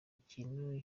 ikintu